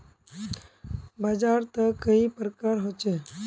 बाजार त कई प्रकार होचे?